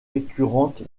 récurrente